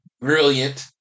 Brilliant